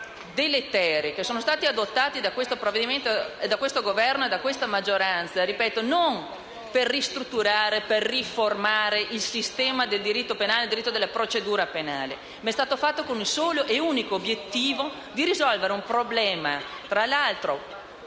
deleteri sono stati adottati da questo Governo e dalla sua maggioranza non per ristrutturare e riformare il sistema del diritto penale e della procedura penale, ma con il solo e unico obiettivo di risolvere un problema, tra l'altro